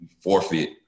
forfeit